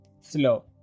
slow